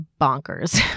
bonkers